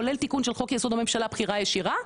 כולל תיקון של חוק יסוד הממשלה הבחירה הישירה,